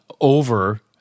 over